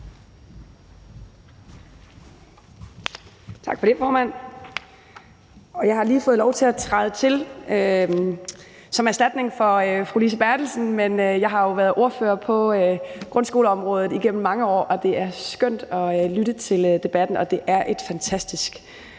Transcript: Tak for det, formand. Jeg har lige fået lov til at træde til som erstatning for fru Lise Bertelsen, men jeg har jo været ordfører på grundskoleområdet igennem mange år, og det er skønt at lytte til debatten – og det er et fantastisk